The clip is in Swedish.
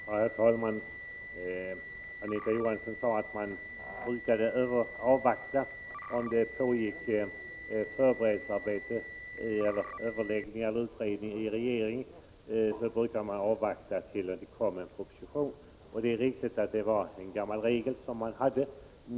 Herr talman! Anita Johansson sade att om det pågår förberedelsearbete i form av utredningar och överläggning i regeringen brukar man avvakta till dess att det kommer en proposition. Det är riktigt att detta är en gammal regel som man haft.